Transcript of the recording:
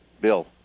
Bill